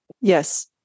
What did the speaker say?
Yes